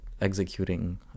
executing